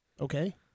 Okay